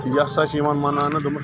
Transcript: یہِ ہسا چھِ یِوان مَناونہٕ